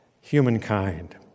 humankind